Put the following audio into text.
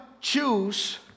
choose